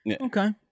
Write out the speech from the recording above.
Okay